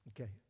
Okay